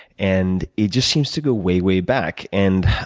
and it just seems to go way, way back and